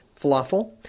falafel